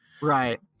Right